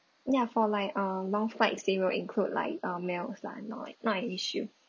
ya for like uh long flights they will include like uh meals lah not not an issue